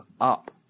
up